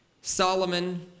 Solomon